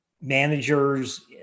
managers